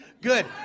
Good